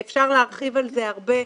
אפשר להרחיב על זה הרבה,